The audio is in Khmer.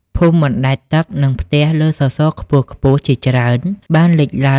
ភូមិបណ្តែតទឹក និងផ្ទះលើសសរខ្ពស់ៗជាច្រើនបានលេចឡើងនៅតាមដងទន្លេសាប ដែលបង្ហាញពីរបៀបរស់នៅប្លែកៗរបស់ប្រជាជននៅទីនោះ។